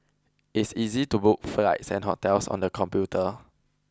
it's easy to book flights and hotels on the computer